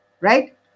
right